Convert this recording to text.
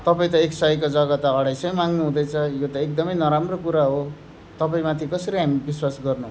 तपाईँ त एक सयको जग्गा त अढाई सय माग्नुहुँदैछ यो त एकदमै नराम्रो कुरा हो तपाईँ माथि कसरी हामी विश्वास गर्नु